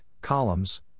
columns